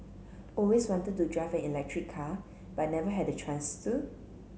always wanted to drive an electric car but never had the chance to